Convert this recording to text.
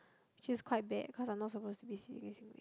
which is quite bad because I'm not suppose to be speaking Singlish